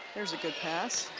there's a good pass.